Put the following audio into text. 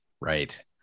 Right